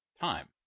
time